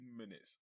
minutes